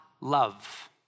love